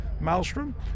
maelstrom